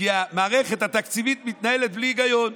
כי המערכת התקציבית מתנהלת בלי היגיון.